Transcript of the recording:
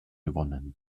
gewonnen